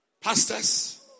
Pastors